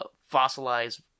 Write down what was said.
fossilized